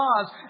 cause